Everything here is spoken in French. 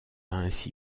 ainsi